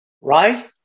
right